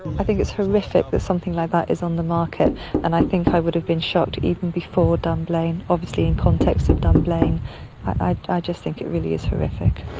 i think it's horrific there's something like that is on the market and i think i would have been shocked even before dunblane obviously in context of dunblane i just think it really is horrific